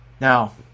Now